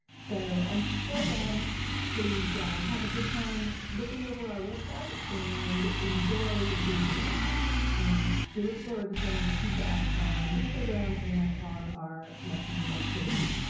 so until then please have a good time looking over our website enjoy the activities and we look forward to hearing your feedback on this program and on our lessons and activities.